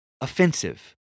offensive